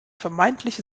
vermeintliche